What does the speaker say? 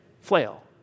flail